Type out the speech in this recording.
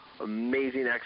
amazing